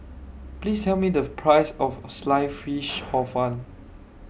Please Tell Me The Price of Sliced Fish Hor Fun